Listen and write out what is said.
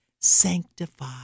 sanctify